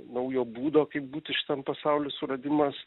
naujo būdo kaip būti šitam pasauly suradimas